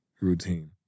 routine